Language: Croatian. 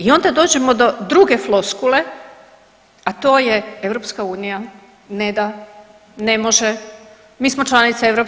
I onda dođemo do druge floskule, a to je EU ne da, ne može, mi smo članica EU,